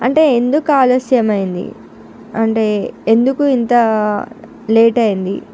అంటే ఎందుకు ఆలస్యం అయింది అంటే ఎందుకు ఇంత లేట్ అయింది